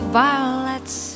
violets